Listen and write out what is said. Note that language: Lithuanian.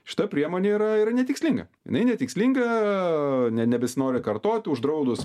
šita priemonė yra yra netikslinga jinai netikslinga ne nebesinori kartot uždraudus